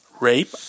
rape